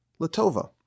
Latova